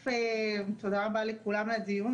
תודה רבה לכולם על הדיון,